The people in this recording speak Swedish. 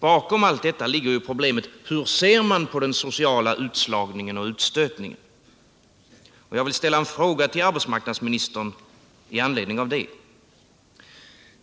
Bakom allt detta ligger ju problemet: Hur ser man på den sociala utslagningen och utstötningen? Jag vill ställa en fråga till arbetsmarknadsministern i anledning av detta.